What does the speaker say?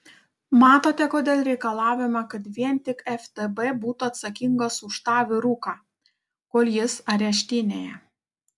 matote kodėl reikalavome kad vien tik ftb būtų atsakingas už tą vyruką kol jis areštinėje